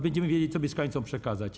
Będziemy wiedzieć, co mieszkańcom przekazać.